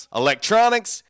electronics